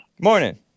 Morning